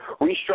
restructure